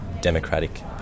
democratic